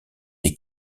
les